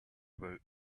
about